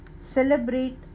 Celebrate